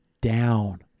down